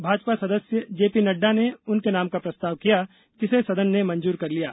भाजपा सदस्य J P Nadda ने उनके नाम का प्रस्ताव किया जिसे सदन ने मंजूर कर लिया